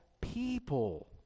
people